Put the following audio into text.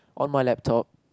on my laptop